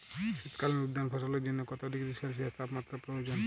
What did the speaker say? শীত কালীন উদ্যান ফসলের জন্য কত ডিগ্রী সেলসিয়াস তাপমাত্রা প্রয়োজন?